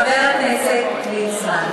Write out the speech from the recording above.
חבר הכנסת ליצמן,